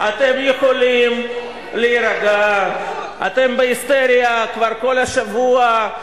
אתם יכולים להירגע, אתם בהיסטריה כבר כל השבוע,